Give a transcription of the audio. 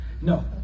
No